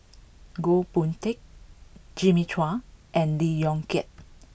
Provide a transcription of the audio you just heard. Goh Boon Teck Jimmy Chua and Lee Yong Kiat